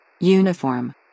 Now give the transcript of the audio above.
Uniform